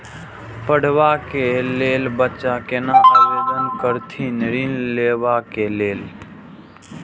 पढ़वा कै लैल बच्चा कैना आवेदन करथिन ऋण लेवा के लेल?